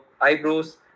eyebrows